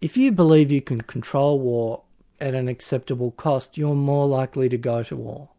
if you believe you can control war at an acceptable cost, you're more likely to go to war,